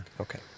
Okay